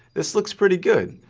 this looks pretty good!